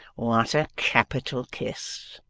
what a capital kiss